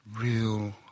real